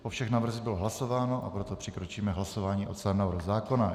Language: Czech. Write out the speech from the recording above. O všech návrzích bylo hlasováno, a proto přikročíme k hlasování o celém návrhu zákona.